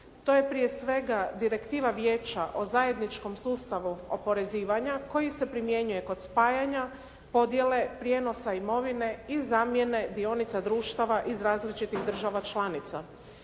To je prije svega Direktiva Vijeća o zajedničkom sustavu oporezivanja, koji se primjenjuje kod spajanja, podjele, prijenosa imovine i zamjene dionica društava iz različitih država članica.